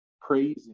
praising